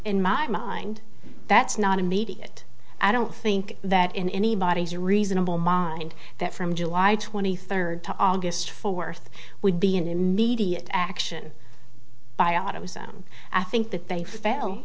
in my mind that's not immediate i don't think that in anybody's reasonable mind that from july twenty third to august fourth would be an immediate action by ottawa's them i think that they